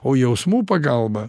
o jausmų pagalba